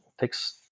takes